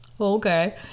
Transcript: Okay